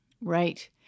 Right